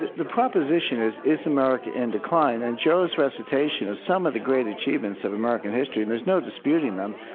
the the proposition is, is america in decline? and joe's recitation of some of the great achievements of american history, and there's no disputing them,